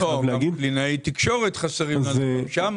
אני חייב להגיד --- לא,